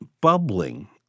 bubbling